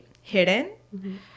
hidden